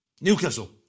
Newcastle